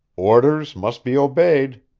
orders must be obeyed.